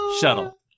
Shuttle